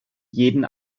jeden